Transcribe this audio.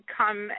come